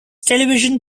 television